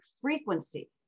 frequency